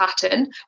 pattern